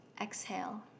exhale